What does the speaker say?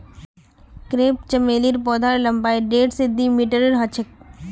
crepe चमेलीर पौधार लम्बाई डेढ़ स दी मीटरेर ह छेक